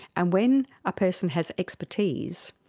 and when a person has expertise,